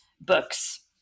books